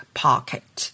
pocket